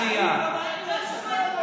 תצא כבר, תצא.